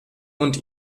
und